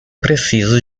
preciso